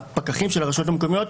הפקחים של הרשויות המקומיות,